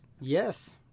Yes